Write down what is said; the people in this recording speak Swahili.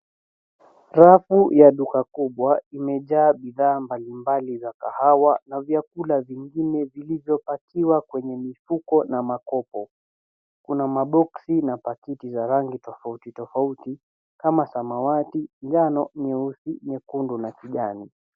Rafu ya duka kubwa imejaa bidhaa mbalimbali za kahawa na vyakula vingine vilivyopakiwa kwenye mifuko na makopo. Kuna maboksi na pakiti za rangi tofauti tofauti kama samawati, njano, nyeusi, nyekundu na kijani.